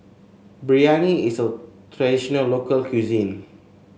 biryani is a traditional local cuisine